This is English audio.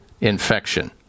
infection